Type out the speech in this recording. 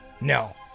No